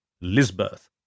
Lisbeth